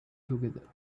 together